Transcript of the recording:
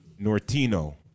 Nortino